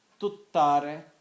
TUTTARE